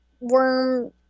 worm